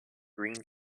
green